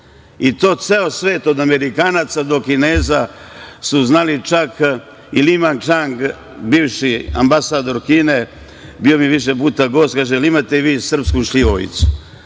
i to ceo svet od Amerikanaca do Kineza su znali čak i Li Mančang, bivši ambasador Kine, bio mi je više puta gost, kaže – jel imate vi srpsku šljivovicu